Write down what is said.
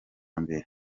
mbere